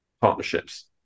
partnerships